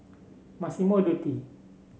Massimo Dutti